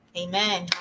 amen